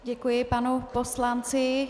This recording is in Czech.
Děkuji panu poslanci.